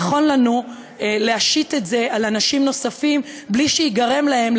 נכון לנו להשית את זה על אנשים נוספים בלי שייגרם להם,